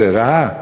זה רע?